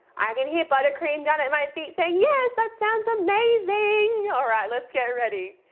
i can hear buttercream down at my feet saying, yes that sounds amazing. all right let's get ready.